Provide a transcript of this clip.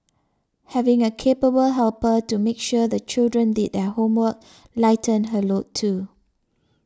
having a capable helper to make sure the children did their homework lightened her load too